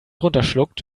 runterschluckt